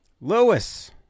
lewis